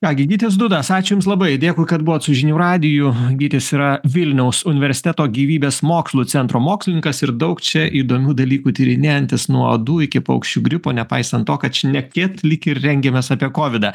ką gi gytis dudas ačiū jums labai dėkui kad buvot su žinių radiju gytis yra vilniaus universiteto gyvybės mokslų centro mokslininkas ir daug čia įdomių dalykų tyrinėjantis nuo uodų iki paukščių gripo nepaisant to kad šnekėt lyg rengėmės apie kovidą